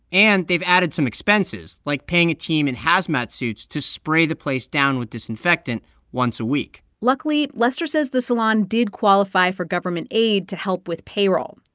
and they've added some expenses, like paying a team in hazmat suits to spray the place down with disinfectant once a week luckily, lester says the salon did qualify for government aid to help with payroll.